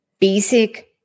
basic